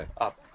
up